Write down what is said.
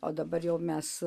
o dabar jau mes